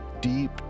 deep